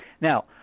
Now